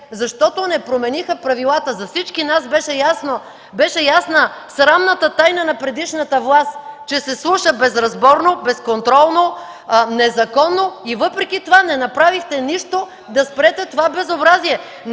защото не променихте правилата. За всички нас беше ясно, беше ясна срамната тайна на предишната власт, че се слуша безразборно, безконтролно, незаконно и въпреки това не направихте нищо да спрете това безобразие.